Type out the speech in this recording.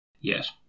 Yes